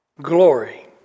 Glory